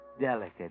Delicate